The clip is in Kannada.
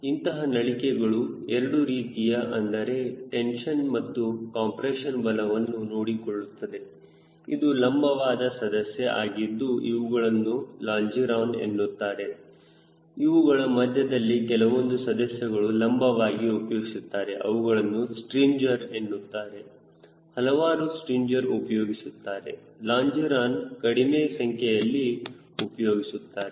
ಇಂತಹ ನಳಿಕೆಗಳು ಎರಡು ರೀತಿಯ ಅಂದರೆ ಟೆನ್ಶನ್ ಮತ್ತು ಕಂಪ್ರೆಷನ್ ಬಲವನ್ನು ನೋಡಿಕೊಳ್ಳುತ್ತದೆ ಇವು ಲಂಬವಾದ ಸದಸ್ಯ ಆಗಿದ್ದು ಇವುಗಳನ್ನು ಲಾಂಜಿರೋನ ಎನ್ನುತ್ತಾರೆ ಇವುಗಳ ಮಧ್ಯದಲ್ಲಿ ಕೆಲವೊಂದು ಸದಸ್ಯಗಳನ್ನು ಲಂಬವಾಗಿ ಉಪಯೋಗಿಸುತ್ತಾರೆ ಅವುಗಳನ್ನು ಸ್ಟ್ರಿಂಜರ್ ಎನ್ನುತ್ತಾರೆ ಹಲವಾರು ಸ್ಟ್ರಿಂಜರ್ ಉಪಯೋಗಿಸುತ್ತಾರೆ ಲಾಂಜಿರೋನ ಕಡಿಮೆ ಸಂಖ್ಯೆಯಲ್ಲಿ ಉಪಯೋಗಿಸುತ್ತಾರೆ